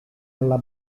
alla